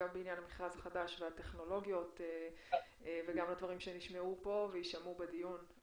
גם בעניין המכרז החדש והטכנולוגיות וגם הדברים שנשמעו פה וישמעו בדיון.